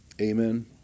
Amen